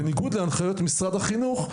בניגוד להנחיות משרד החינוך,